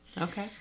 Okay